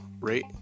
rate